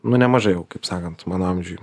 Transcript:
nu nemažai jau kaip sakant mano amžiuj